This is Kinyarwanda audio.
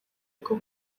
bwo